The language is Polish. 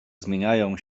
zmieniają